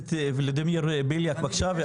הכנסת ולדימיר בליאק בבקשה.